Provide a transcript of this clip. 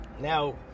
Now